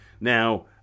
Now